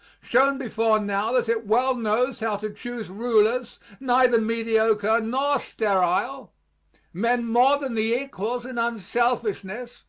shown before now that it well knows how to choose rulers neither mediocre nor sterile men more than the equals in unselfishness,